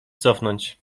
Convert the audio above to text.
cofnąć